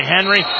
Henry